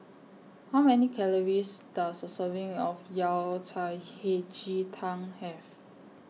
How Many Calories Does A Serving of Yao Cai Hei Ji Tang Have